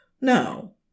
No